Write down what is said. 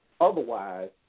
Otherwise